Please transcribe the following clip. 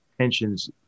tensions